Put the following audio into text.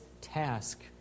task